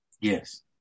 Yes